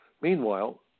Meanwhile